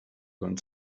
van